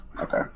Okay